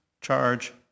charge